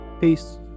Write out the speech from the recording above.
Peace